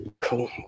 Cool